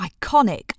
iconic